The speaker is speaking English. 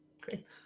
great